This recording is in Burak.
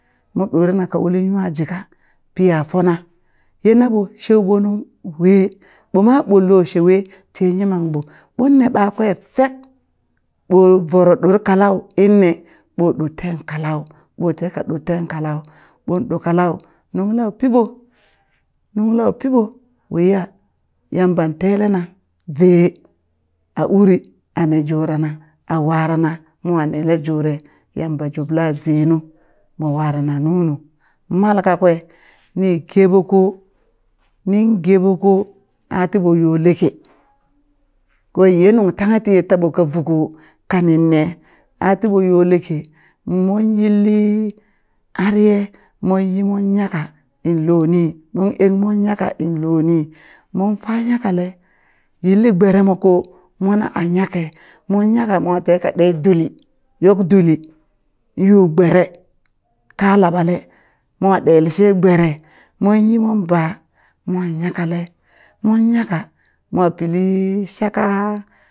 Mon ɗorena ka uli nwa jika, piya fona ye naɓo sheu bo nung we ɓoma ɓonlo shewe ti ye yimam ɓo ɓonne ɓakwe fek bo voro ɗore kalau inne ɓo ɗorten kalau ɓo teka ɗorten kalau ɓon ɗo kalau nung lau piɓo nung lau piɓo waiya Yamban telena vee a uri a ne jurana a warana mwa nele jure Yamba jubla vee nu mo warana nunu mal kakwe ni geɓo ko nin geɓo ko ati ɓo yo leke kwen ye nung tanghe ti ye taɓo ka vuko kanin nee atiɓo yo leke mon yilli arye monyi mon nyaka in lo nii mon eng mon nyaka in lo nii mon faa nyakale yilli gberemo ko mona nyake mon nyaka mo teka ɗe duli yok duli yu gbere kalaɓale mwa ɗele she gbere monyi mon ɓa mo nyakale mon nyaka mo pili shaka